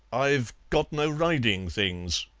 i've got no riding things,